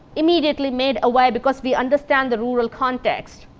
immediately made aware because we understand the rural context.